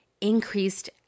increased